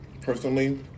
personally